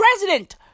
President